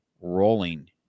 rolling